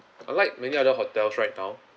I like many other hotels right now